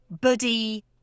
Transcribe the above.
buddy